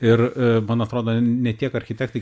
ir man atrodo ne tiek architektai